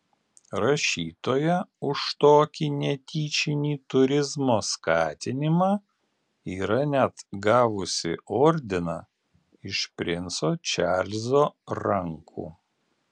rašytoja už tokį netyčinį turizmo skatinimą yra net gavusi ordiną iš princo čarlzo rankų